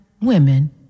women